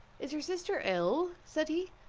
is your sister ill? said he.